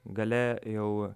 gale jau